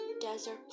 desert